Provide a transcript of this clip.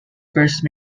first